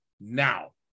now